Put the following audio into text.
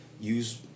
use